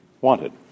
wanted